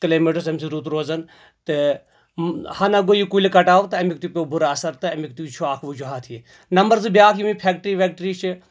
climate اوس اَمہِ سۭتۍ رُت روزان تہٕ ہَنہ گوٚو یہِ کُلۍ کٹاو تہٕ امیُک تہِ پیٚو بُرٕ اَثر تہٕ امیُک تہِ چھُ اکھ وجوٗہات یہِ تہِ نَمبر زٕ بیاکھ یِمے فیکٹری ویٚکٹری چھِ